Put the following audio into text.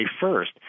first